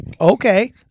okay